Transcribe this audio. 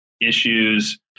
issues